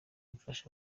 mfasha